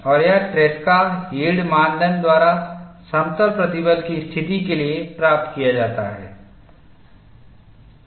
और यह Tresca yield मानदंड द्वारा समतल प्रतिबल की स्थिति के लिए प्राप्त किया जाता है